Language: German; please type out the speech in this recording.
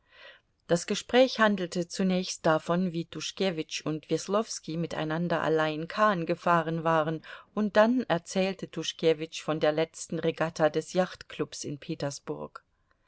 das gespräch handelte zunächst davon wie tuschkewitsch und weslowski miteinander allein kahn gefahren waren und dann erzählte tuschkewitsch von der letzten regatta des jachtklubs in petersburg